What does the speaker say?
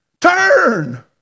Turn